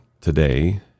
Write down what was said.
today